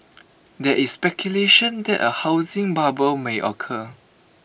there is speculation that A housing bubble may occur